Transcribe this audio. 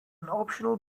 optional